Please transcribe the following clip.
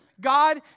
God